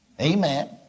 Amen